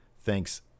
Thanks